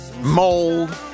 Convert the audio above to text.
mold